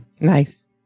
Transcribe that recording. Nice